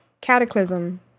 cataclysm